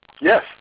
Yes